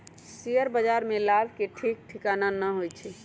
share बाजार में लाभ के ठीक ठिकाना न होइ छइ